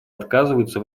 отказывается